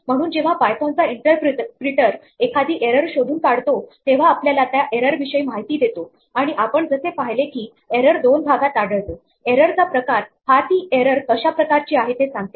म्हणून जेव्हा पायथोन चा इंटरप्रीटर एखादी एरर शोधून काढतो तेव्हा आपल्याला त्या एरर विषयी माहिती देतो आणि आपण जसे पाहिले की एरर दोन भागात आढळते एरर चा प्रकार हा ती एरर कशा प्रकारची आहे ते सांगते